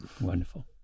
Wonderful